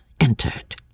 entered